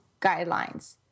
guidelines